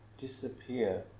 disappear